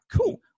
Cool